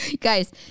Guys